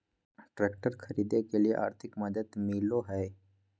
Tractor खरीदे के लिए आर्थिक मदद मिलो है?